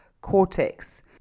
cortex